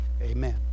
Amen